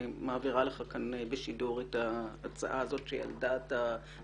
אני מעבירה לך כאן בשידור את ההצעה הזו שהיא על דעת הרמטכ"ל.